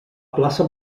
plaça